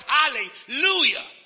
Hallelujah